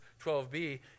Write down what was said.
12b